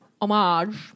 homage